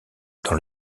dans